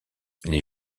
les